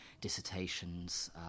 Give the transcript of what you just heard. dissertations